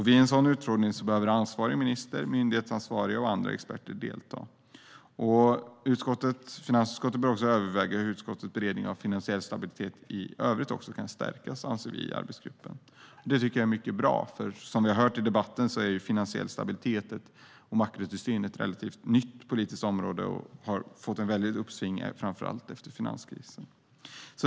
Vid en sådan utfrågning ska ansvarig minister, myndighetsansvariga och andra experter delta. Utskottet bör också överväga hur utskottets beredning av finansiell stabilitet i övrigt kan förstärkas, anser vi i arbetsgruppen. Detta tycker jag är mycket bra, för som vi har hört i debatten är finansiell stabilitet och makrotillsyn ett relativt nytt politiskt område som har fått ett väldigt uppsving, framför allt efter finanskrisen.